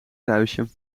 kruisje